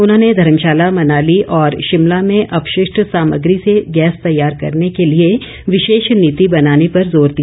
उन्होंने धर्मशाला मनाली और शिमला में अपशिष्ट सामग्री से गैस तैयार करने के लिए विशेष नीति बनाने पर जोर दिया